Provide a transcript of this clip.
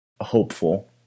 hopeful